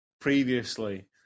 previously